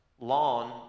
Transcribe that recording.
lawn